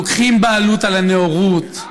לוקחים בעלות על הנאורות,